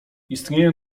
istnieję